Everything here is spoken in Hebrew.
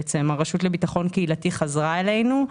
הרשות לביטחון קהילתי חזרה אלינו,